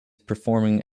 performing